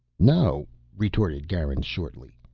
no, retorted garin shortly.